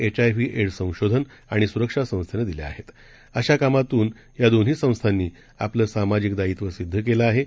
एचआयव्हीएड्ससंशोधनआणिस्रक्षासंस्थेनंदिल्याआहे अशाकामातूनयादोन्हीसंस्थांनीआपलंसामाजिकदायित्वसिद्धकेलंआहे त